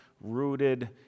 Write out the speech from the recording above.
rooted